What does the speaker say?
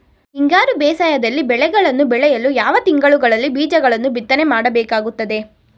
ಹಿಂಗಾರು ಬೇಸಾಯದಲ್ಲಿ ಬೆಳೆಗಳನ್ನು ಬೆಳೆಯಲು ಯಾವ ತಿಂಗಳುಗಳಲ್ಲಿ ಬೀಜಗಳನ್ನು ಬಿತ್ತನೆ ಮಾಡಬೇಕಾಗುತ್ತದೆ?